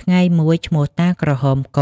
ថ្ងៃមួយ ឈ្មោះ តាក្រហមក